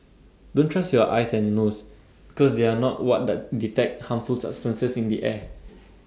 don't trust your eyes and nose because they are not what that detect harmful substances in the air